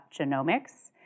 genomics